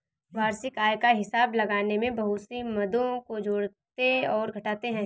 वार्षिक आय का हिसाब लगाने में बहुत सी मदों को जोड़ते और घटाते है